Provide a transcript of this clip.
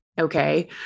okay